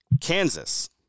Kansas